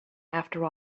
after